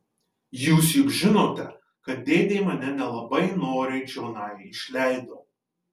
jūs juk žinote kad dėdė mane nelabai noriai čionai išleido